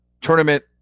tournament